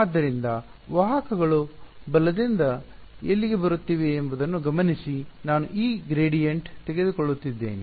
ಆದ್ದರಿಂದ ವಾಹಕಗಳು ಬಲದಿಂದ ಎಲ್ಲಿಂದ ಬರುತ್ತಿವೆ ಎಂಬುದನ್ನು ಗಮನಿಸಿ ನಾನು ಈ ಗ್ರೇಡಿಯಂಟ್ ತೆಗೆದುಕೊಳ್ಳುತ್ತಿದ್ದೇನೆ